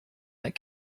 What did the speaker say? that